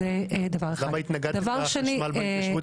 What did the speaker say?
אז למה התנגדתם לחשמל בהתיישבות